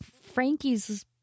frankie's